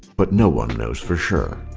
but no one knows for sure.